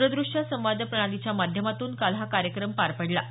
द्रदूश्य संवाद प्रणालीच्या माध्यमातून काल हा कार्यक्रम पार पडला